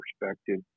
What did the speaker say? perspective